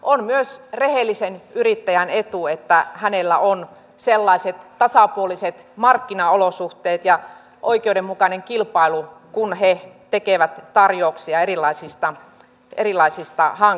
on myös rehellisen yrittäjän etu että hänellä on sellaiset tasapuoliset markkinaolosuhteet ja oikeudenmukainen kilpailu kun he tekevät tarjouksia erilaisista hankkeista